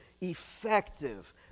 effective